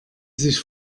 sich